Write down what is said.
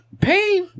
pay